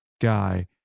guy